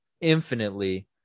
infinitely